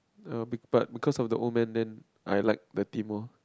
er but because of the old man then I like the team lor